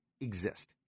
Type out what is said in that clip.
exist